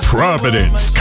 Providence